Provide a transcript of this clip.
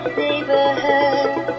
neighborhood